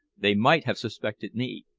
they might have suspected me.